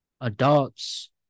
adults